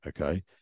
Okay